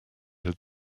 had